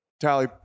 Tally